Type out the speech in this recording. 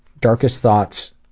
darkest thoughts.